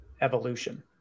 evolution